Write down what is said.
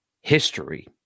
history